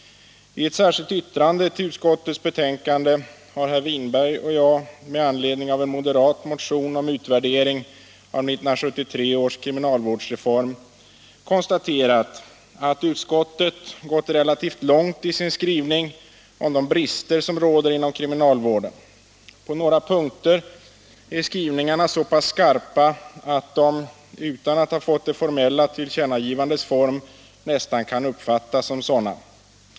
I ett särskilt yttrande till utskottets betänkande har herr Winberg och jag, med anledning av en moderat motion om utvärdering av 1973 års kriminalvårdsreform, konstaterat att utskottet gått relativt långt i sin skrivning om de brister som råder inom kriminalvården. På några punkter är skrivningarna så pass skarpa att de utan att ha fått formen av tillkännagivanden nästan kan uppfattas som sådana.